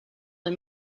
him